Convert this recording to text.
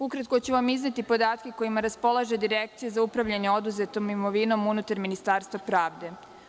Ukratko ću vam izneti podatke kojima raspolaže Direkcija za upravljanje oduzetom imovinom unutar Ministarstva pravde.